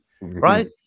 right